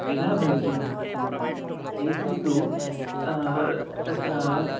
द्विधा भवितुम् अर्हति चिन्तनम् एकं तु तत्र